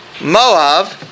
Moab